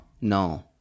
no